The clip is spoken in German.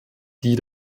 die